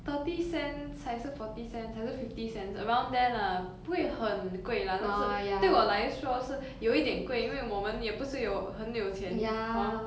thirty cents 还是 forty cents 还是 fifty cents around there lah 不会很贵 lah 但是对我来说是有一点贵因为我们也不是有很有钱 hor